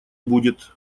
будет